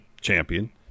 champion